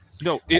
no